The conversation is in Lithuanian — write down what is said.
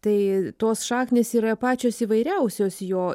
tai tos šaknys yra pačios įvairiausios jo